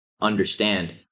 understand